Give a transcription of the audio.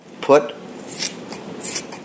put